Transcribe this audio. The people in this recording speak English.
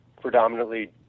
predominantly